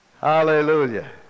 Hallelujah